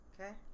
Okay